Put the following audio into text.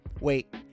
wait